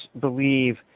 believe